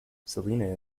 salina